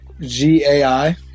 G-A-I